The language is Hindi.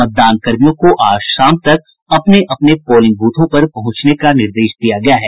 मतदान कर्मियों को आज शाम तक अपने अपने पोलिंग ब्रथों पर पहुंचने का निर्देश दिया गया है